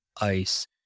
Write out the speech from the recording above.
ice